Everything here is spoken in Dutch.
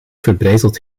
verbrijzeld